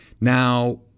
Now